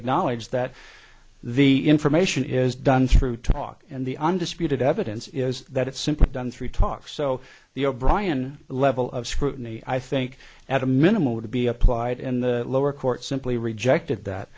acknowledged that the information is done through talk and the undisputed evidence is that it's simply done through talk so the o'brian level of scrutiny i think at a minimal would be applied in the lower court simply rejected that